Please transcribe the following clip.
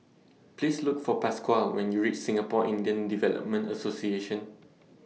Please Look For Pasquale when YOU REACH Singapore Indian Development Association